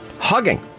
Hugging